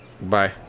Bye